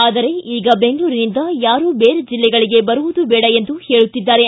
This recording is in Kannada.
ಆದರೆ ಈಗ ಬೆಂಗಳೂರಿನಿಂದ ಯಾರೂ ಬೇರೆ ಜಿಲ್ಲೆಗಳಿಗೆ ಬರುವುದು ಬೇಡ ಎಂದು ಹೇಳುತ್ತಿದ್ದಾರೆ